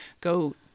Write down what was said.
go